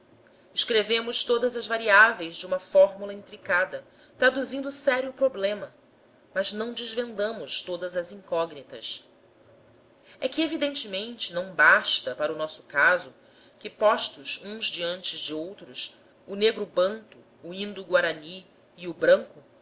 escrevemos todas as variáveis de uma fórmula intricada traduzindo sério problema mas não desvendamos todas as incógnitas é que evidentemente não basta para o nosso caso que postos uns diante de outros o negro banto o indoguarani e o branco